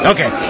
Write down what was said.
Okay